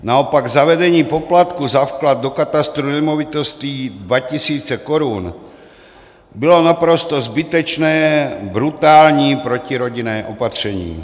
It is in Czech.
Naopak zavedení poplatku za vklad do katastru nemovitostí dva tisíce korun bylo naprosto zbytečné, brutální, protirodinné opatření.